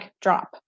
drop